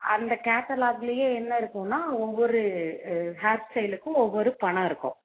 அந்த கேட்டலாக்லேயே என்ன இருக்குன்னால் ஒவ்வொரு ஹேர் ஸ்டைலுக்கும் ஒவ்வொரு பணம் இருக்கும்